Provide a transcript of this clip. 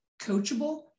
coachable